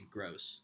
Gross